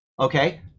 Okay